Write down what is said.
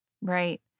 Right